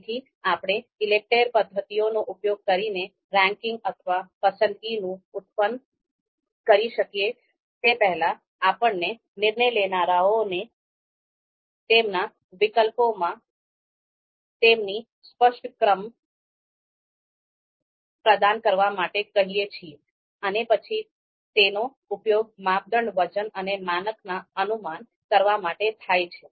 તેથી આપણે ઈલેકટેર પદ્ધતિઓનો ઉપયોગ કરીને રેન્કિંગ અથવા પસંદગીનું ઉત્પાદન કરી શકીએ તે પહેલાં આપણે નિર્ણય લેનારાઓ ને તેમના વિકલ્પોમાં તેમની સ્પષ્ટ ક્રમાંક પ્રદાન કરવા માટે કહીએ છીએ અને પછી તેનો ઉપયોગ માપદંડ વજન અને માનક ના અનુમાન કરવા માટે થાય છે